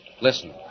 Listen